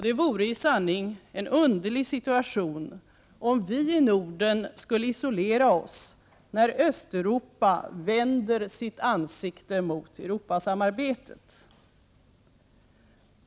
Det vore i sanning en underlig situtation om vii Norden skulle isolera oss, när Östeuropa vänder sitt ansikte mot Europasamarbetet.